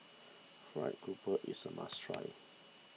Fried Garoupa is a must try